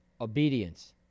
obedience